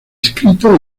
escrito